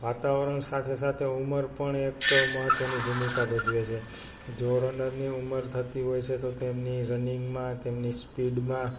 વાતાવરણ સાથે સાથે ઉંમર પણ એક મહત્વની ભૂમિકા ભજવે છે જો રનરની ઉંમર થતી હોય છે તો તેમની રનીંગમાં તેમની સ્પીડમાં